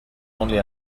only